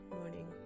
Morning